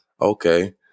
okay